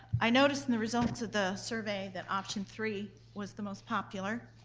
i notice in the results of the survey that option three was the most popular.